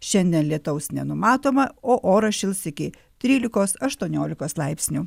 šiandien lietaus nenumatoma o oras šils iki trylikos aštuoniolikos laipsnių